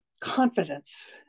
confidence